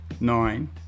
nine